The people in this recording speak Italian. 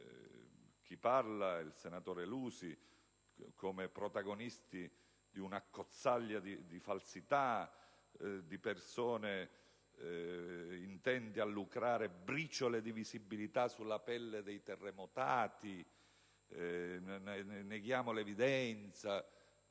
chi parla e il senatore Lusi come protagonisti di un'accozzaglia di falsità, come persone intente a lucrare briciole di visibilità sulla pelle dei terremotati, che negano l'evidenza.